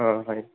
অ হয়